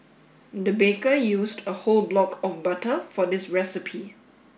the baker used a whole block of butter for this recipe